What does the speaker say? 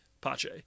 Pache